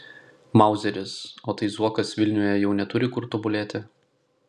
mauzeris o tai zuokas vilniuje jau neturi kur tobulėti